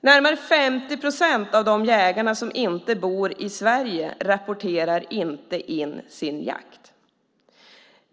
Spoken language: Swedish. Närmare 50 procent av de jägare som inte bor i Sverige rapporterar inte in sin jakt.